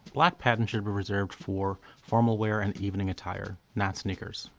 black patent should be reserved for formal wear and evening attire, not sneakers.